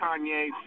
Kanye